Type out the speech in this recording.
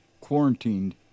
quarantined